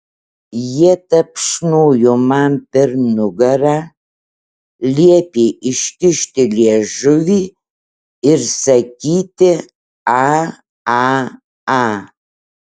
jie tapšnojo man per nugarą liepė iškišti liežuvį ir sakyti aaa